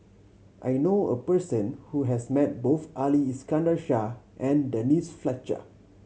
I knew a person who has met both Ali Iskandar Shah and Denise Fletcher